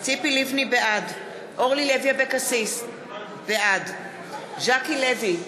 בעד אורלי לוי אבקסיס, בעד ז'קי לוי,